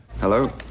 Hello